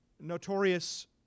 notorious